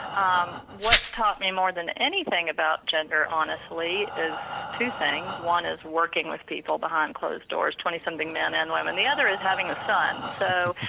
um what's taught me more than anything about gender honestly is two things, one is working with people behind closed doors, twenty something men and women, the other is having a son. so,